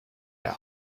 der